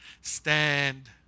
Stand